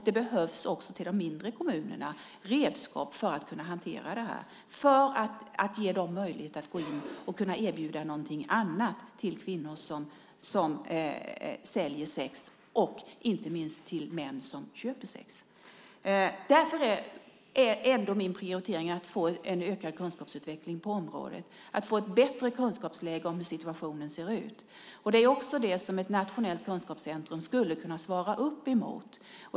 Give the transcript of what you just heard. Det behövs också redskap till de mindre kommunerna för att de ska kunna hantera det här, för att man ska ge dem möjlighet att erbjuda någonting annat till kvinnor som säljer sex och inte minst till män som köper sex. Därför är ändå min prioritering att få en ökad kunskapsutveckling på området, att få ett bättre kunskapsläge när det gäller hur situationen ser ut. Det är också det som ett nationellt kunskapscentrum skulle kunna svara upp emot.